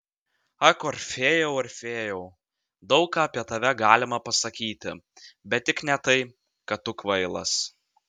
ak orfėjau orfėjau daug ką apie tave galima pasakyti bet tik ne tai kad tu kvailas